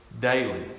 daily